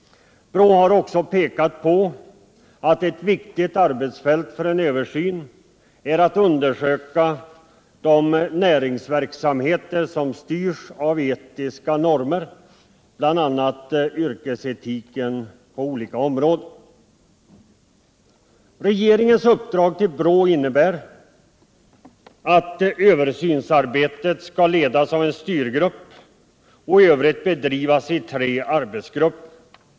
BRÅ har också pekat på att ett viktigt arbetsfält för en översyn är att undersöka de näringsverksamheter, som styrs av etiska normer, bl.a. yrkesetiken på olika områden. Regeringens uppdrag till BRÅ innebär att översynsarbetet skall ledas av en styrgrupp och i övrigt bedrivas i tre arbetsgrupper.